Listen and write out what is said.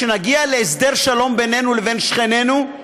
שנגיע להסדר שלום בינינו לבין שכנינו,